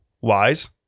wise